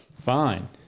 fine